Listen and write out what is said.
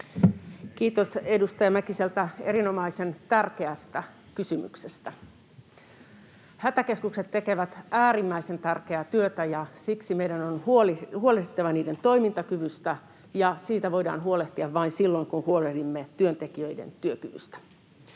Kiitos edustaja Mäkiselle erinomaisen tärkeästä kysymyksestä. Hätäkeskukset tekevät äärimmäisen tärkeää työtä, ja siksi meidän on huolehdittava niiden toimintakyvystä, ja siitä voidaan huolehtia vain silloin, kun huolehdimme työntekijöiden työkyvystä.